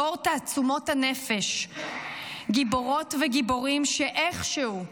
דור תעצומות הנפש, גיבורות וגיבורים, שאיכשהו,